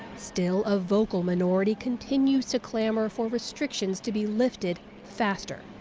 still, a vocal minority continues to clamor for restrictions to be lifted faster.